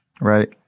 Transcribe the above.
right